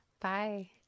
Bye